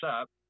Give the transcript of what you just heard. up